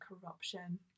corruption